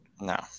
No